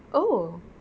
oh